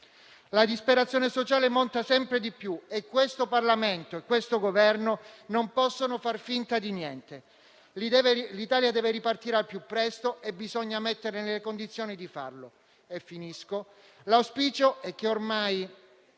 La disperazione sociale monta sempre di più e il Parlamento e il Governo non possono far finta di niente. L'Italia deve ripartire al più presto e bisogna metterla nelle condizioni di farlo. È evidente